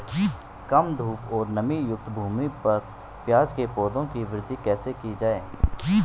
कम धूप और नमीयुक्त भूमि पर प्याज़ के पौधों की वृद्धि कैसे की जाए?